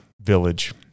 village